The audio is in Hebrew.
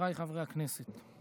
חבריי חברי הכנסת,